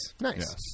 Nice